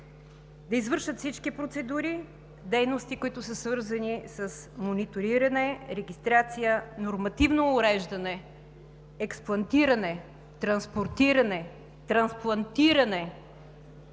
да извършат всички процедури, дейности, свързани с мониториране, регистрация, нормативно уреждане, експлантиране, транспортиране, трансплантиране,